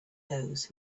those